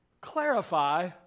Clarify